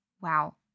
Wow